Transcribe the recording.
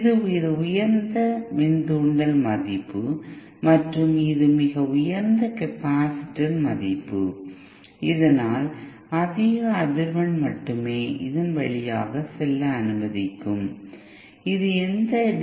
இது மிக உயர்ந்த மின்தூண்டல் மதிப்பு மற்றும் இது மிக உயர்ந்த கெப்பாசிட்டர் மதிப்பு இதனால் அதிக அதிர்வெண் மட்டுமே இதன் வழியாக செல்ல அனுமதிக்கும் இது எந்த டி